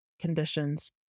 conditions